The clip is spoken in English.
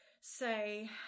say